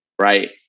Right